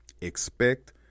Expect